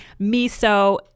miso